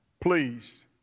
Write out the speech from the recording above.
please